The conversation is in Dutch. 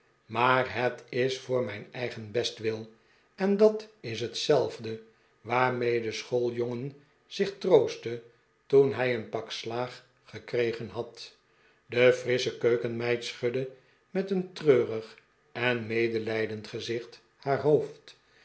maar het is voor mijn eigen bestwil en dat is hetzelfde waarmee de schooljongen zich troostte toen hij een pak slaag gekregen had de pickwick club de frissche keukenmeid schudde met een treurig en medelijdend gezicht haar hoofd